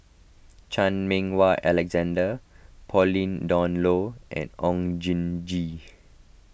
Chan Meng Wah Alexander Pauline Dawn Loh and Oon Jin Gee